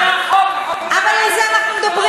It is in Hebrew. זה לא החוק, החוק, אבל על זה אנחנו מדברים.